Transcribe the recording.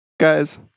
Guys